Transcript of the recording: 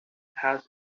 has